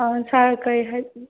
ꯑꯥ ꯁꯥꯔ ꯀꯔꯤ